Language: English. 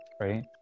right